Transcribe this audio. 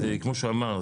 וכמו שהוא אמר,